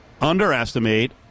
underestimate